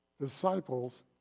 disciples